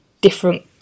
different